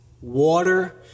water